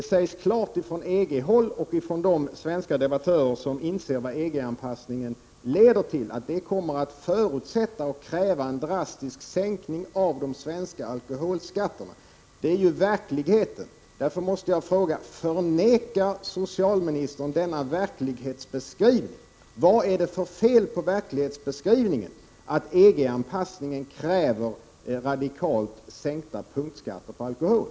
Det sägs klart ut från EG-håll och från de svenska debattörer som inser vad EG-anpassningen leder till att harmoniseringen kommer att förutsätta och kräva en drastisk sänkning av de svenska alkoholskatterna. Det är ju verkligheten. Därför måste jag fråga: Förnekar socialministern denna verklighetsbeskrivning? Vad är det för fel på verklighetsbeskrivningen att EG-anpassningen kräver radikalt sänkta punktskatter på alkohol?